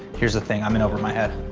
here's the thing. i'm in over my head.